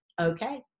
okay